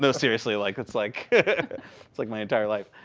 so seriously. like it's like it's like my entire life.